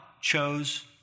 chose